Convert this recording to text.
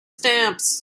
stamps